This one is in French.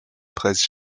presse